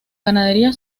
ganadería